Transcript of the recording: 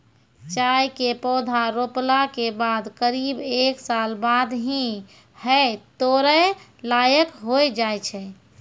चाय के पौधा रोपला के बाद करीब एक साल बाद ही है तोड़ै लायक होय जाय छै